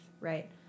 right